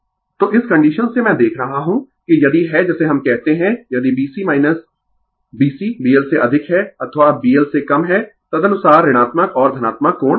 तो इस कंडीशन से मैं देख रहा हूँ कि यदि है जिसे हम कहते है यदि B C B C B L से अधिक है अथवा B L से कम है तदनुसार ऋणात्मक और धनात्मक कोण आयेंगें